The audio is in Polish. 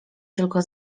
tylko